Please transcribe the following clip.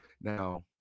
Now